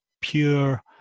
pure